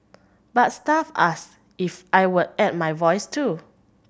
but staff asked if I would add my voice too